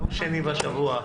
שני בשבוע.